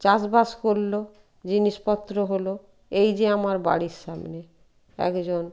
চাষবাস করলো জিনিসপত্র হলো এই যে আমার বাড়ির সামনে একজন